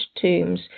tombs